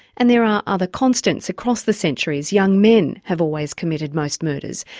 and there are other constants across the centuries. young men have always committed most murders,